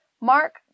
Mark